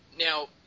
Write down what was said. Now